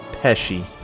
Pesci